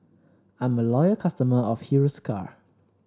I'm a loyal customer of Hiruscar